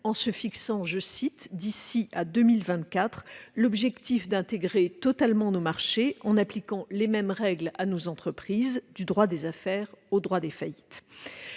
en se fixant « d'ici à 2024 l'objectif d'intégrer totalement nos marchés en appliquant les mêmes règles à nos entreprises, du droit des affaires au droit des faillites ».